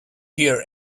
here